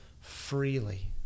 freely